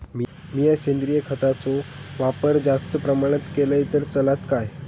मीया सेंद्रिय खताचो वापर जास्त प्रमाणात केलय तर चलात काय?